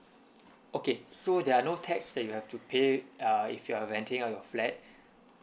okay so there are no tax that you have to pay uh if you are renting a flat